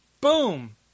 boom